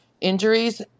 injuries